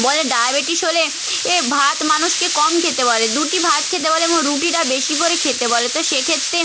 বলে ডায়াবেটিস হলে এ ভাত মানুষকে কম খেতে বলে দুটি ভাত খেতে বলে এবং রুটিটা বেশি করে খেতে বলে তো সেক্ষেত্রে